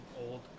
old